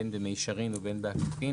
בין במישרין ובין בעקיפין,